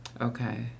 okay